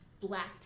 black